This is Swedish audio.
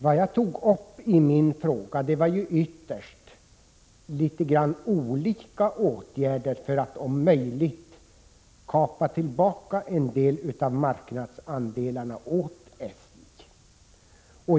Vad jag framför allt tog upp i min fråga var en del olika åtgärder som SJ skulle kunna vidta för att om möjligt ta tillbaka en del marknadsandelar.